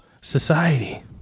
society